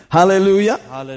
Hallelujah